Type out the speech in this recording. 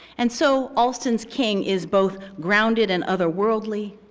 and so alston's king is both grounded and other-worldly,